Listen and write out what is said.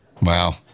wow